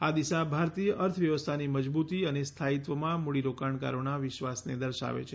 આ દિશા ભારતીય અર્થવ્યવસ્થાની મજબૂતી અને સ્થાયીત્વમાં મૂડીરોકાણકારોના વિશ્વાસને દર્શાવે છે